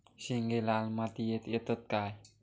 शेंगे लाल मातीयेत येतत काय?